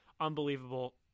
unbelievable